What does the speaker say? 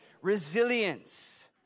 Resilience